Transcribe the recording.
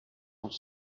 els